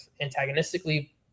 antagonistically